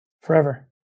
forever